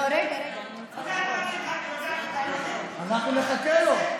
אנחנו נחכה לו.